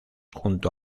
junto